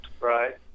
right